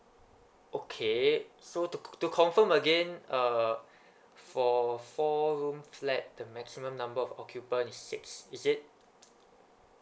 okay so to co~ to confirm again uh for four room flat the maximum number of occupants is six is it